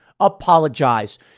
apologize